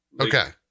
Okay